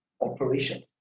operation